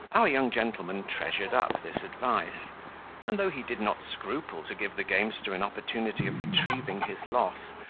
our young gentleman treasured up this advice and though he did not scruple to give the gamester an opportunity of retrieving his loss,